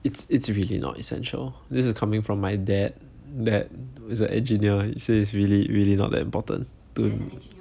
it's it's really not essential this is coming from my dad that is an engineer he says really really not that important